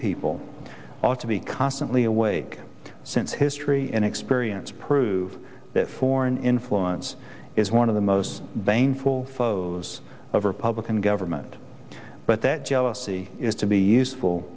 people ought to be constantly awake since history and experience prove that foreign influence is one of the most bang for foes of republican government but that jealousy is to be useful